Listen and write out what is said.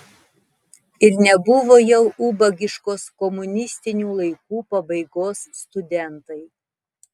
ir nebuvo jau ubagiškos komunistinių laikų pabaigos studentai